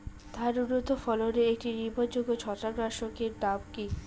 ধান উন্নত ফলনে একটি নির্ভরযোগ্য ছত্রাকনাশক এর নাম কি?